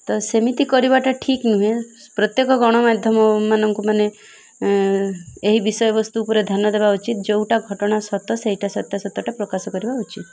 ତ ସେମିତି କରିବାଟା ଠିକ୍ ନୁହେଁ ପ୍ରତ୍ୟେକ ଗଣମାଧ୍ୟମମାନଙ୍କୁ ମାନେ ଏହି ବିଷୟବସ୍ତୁ ଉପରେ ଧ୍ୟାନ ଦେବା ଉଚିତ୍ ଯେଉଁଟା ଘଟଣା ସତ ସେଇଟା ସତ୍ୟାସତଟା ପ୍ରକାଶ କରିବା ଉଚିତ୍